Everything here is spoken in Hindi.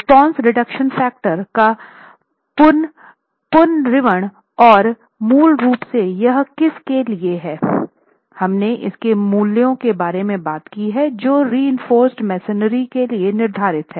रिस्पॉन्स रिडक्शन फैक्टर का पुनरीक्षण और मूल रूप से यह किस के लिए है हमने इसके मूल्यों के बारे में बात की है जो रिइंफोर्सड मसोनरी के लिए निर्धारित है